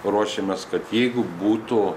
ruošiamės kad jeigu būtų